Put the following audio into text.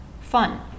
fun